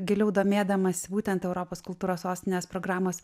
giliau domėdamasi būtent europos kultūros sostinės programos